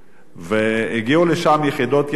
והגיעו לשם יחידות יס"מ.